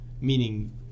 meaning